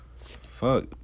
Fuck